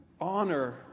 honor